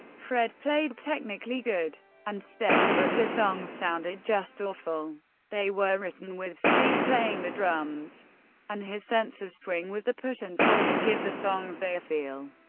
fred played technically good and steady, but the songs sounded just awful. they were written with steve playing the drums and his sense of swing was the push and pull that give the songs their feel.